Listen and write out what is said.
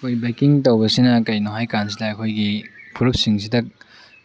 ꯑꯩꯈꯣꯏ ꯕꯥꯏꯛꯀꯤꯡ ꯇꯧꯕꯁꯤꯅ ꯀꯩꯅꯣ ꯍꯥꯏꯕꯀꯥꯟꯁꯤꯗ ꯑꯩꯈꯣꯏꯒꯤ ꯐꯨꯔꯨꯞꯁꯤꯡꯁꯤꯗ